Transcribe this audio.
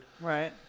Right